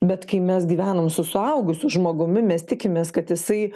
bet kai mes gyvenam su suaugusiu žmogumi mes tikimės kad jisai